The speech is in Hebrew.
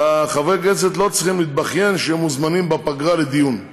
וחברי הכנסת לא צריכים להתבכיין שהם מוזמנים בפגרה לדיון.